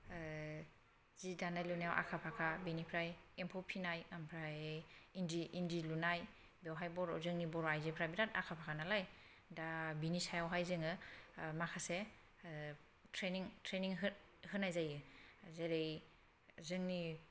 जि दानाय लुनायाव आखा फाखा बेनिफ्राय एम्फौ फिनाय ओमफ्राय इन्दि इन्दि लुनाय बेवहाय बर' जोंनि बर' आइजोफोरा बिराद आखा फाखा नालाय दा बिनि सायावहाय जोङो माखासे ट्रेनिं ट्रेनिं हो होनाय जायो जेरै जोंनि